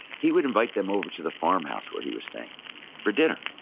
he would invite them over to the farmhouse where he was staying for dinner.